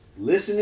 Listening